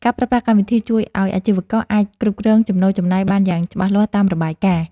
ការប្រើប្រាស់កម្មវិធីជួយឱ្យអាជីវករអាចគ្រប់គ្រងចំណូលចំណាយបានយ៉ាងច្បាស់លាស់តាមរបាយការណ៍។